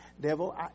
devil